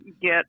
get